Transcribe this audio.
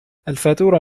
الفاتورة